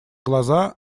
глаза